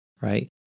right